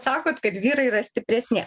sakot kad vyrai yra stipresni